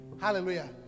Hallelujah